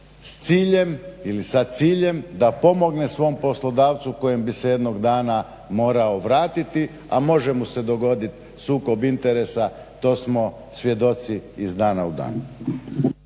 s ciljem ili sa ciljem da pomogne svom poslodavcu kojem bi se jednog dana morao vratiti, a može mu se dogodit sukob interesa, to smo svjedoci iz dana u dan.